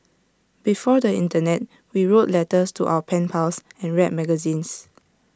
before the Internet we wrote letters to our pen pals and read magazines